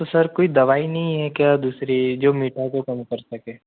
तो सर कोई दवाई नहीं है क्या दूसरी जो मीठा को कम कर सके